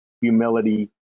humility